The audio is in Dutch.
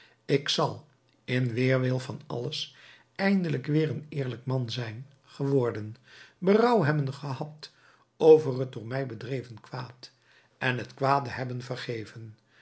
ik zal in weerwil van alles eindelijk weer een eerlijk man zijn geworden berouw hebben gehad over het door mij bedreven kwaad en het kwade hebben vergeven